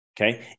Okay